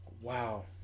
wow